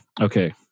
Okay